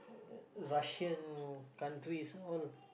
Russian countries all